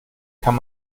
kann